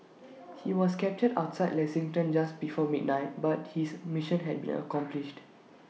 he was captured outside Lexington just before midnight but his mission had been accomplished